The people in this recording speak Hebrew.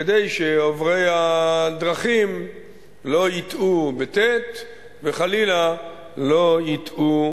כדי שעוברי הדרכים לא יטעו וחלילה לא יתעו